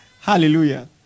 Hallelujah